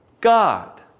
God